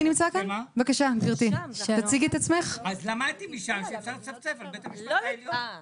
אני דווקא למדתי משם שצריך לצפצף על בית המשפט העליון.